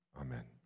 amen